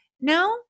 no